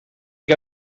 que